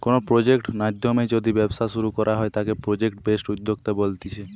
কোনো প্রজেক্ট নাধ্যমে যদি ব্যবসা শুরু করা হয় তাকে প্রজেক্ট বেসড উদ্যোক্তা বলতিছে